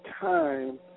time